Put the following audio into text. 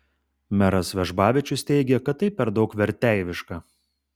meras vežbavičius teigė kad tai per daug verteiviška